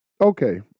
Okay